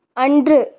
அன்று